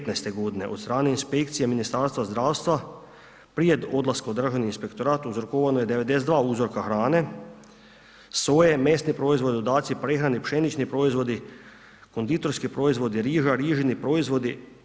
2019. g. od strane inspekcije Ministarstva zdravstva prije odlaska u Državni inspektorat uzorkovano je 92 uzorka hrane, soje, mesni proizvodi, dodaci prehrani, pšenični proizvodi, konditorski proizvodi, riža, rižini proizvodi.